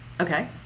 Okay